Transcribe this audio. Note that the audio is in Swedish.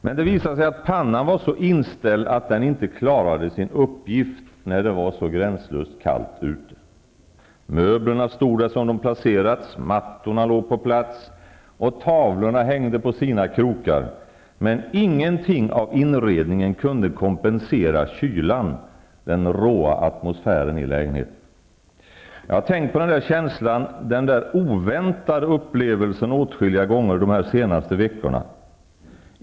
Men det visade sig att pannan var så inställd att den inte klarade sin uppgift när det var så gränslöst kallt ute. Möblerna stod där de hade placerats, mattorna låg på plats, tavlorna hängde på sina krokar, men ingenting av inredningen kunde kompensera kylan, den råa atmosfären i lägenheten. Jag har tänkt på den här känslan, den där oväntade upplevelsen, åtskilliga gånger de senaste veckorna.